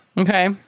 okay